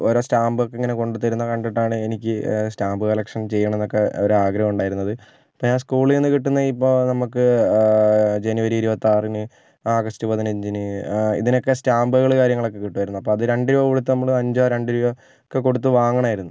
ഓരോ സ്റ്റാമ്പ് ഒക്കെ ഇങ്ങനെ കൊണ്ട് തരുന്ന കണ്ടിട്ടാണ് എനിക്ക് സ്റ്റാമ്പ് കളക്ഷൻ ചെയ്യണം എന്നൊക്കെ ഒരു ആഗ്രഹം ഉണ്ടായിരുന്നത് ഇപ്പം ഞാൻ സ്കൂളിൽ നിന്ന് കിട്ടുന്ന ഇപ്പോൾ നമുക്ക് ജനുവരി ഇരുപത്തി ആറിന് ഓഗസ്റ്റ് പതിനഞ്ചിന് ഇതിനൊക്കെ സ്റ്റാമ്പുകൾ കാര്യങ്ങളൊക്കെ കിട്ടുമായിരുന്നു അപ്പം അത് രണ്ടുരൂപ കൊടുത്ത് നമ്മൾ അഞ്ചോ രണ്ട് രൂപയോ ഒക്കെ കൊടുത്ത് വാങ്ങണമായിരുന്നു